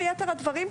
ויתר הדברים,